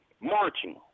marching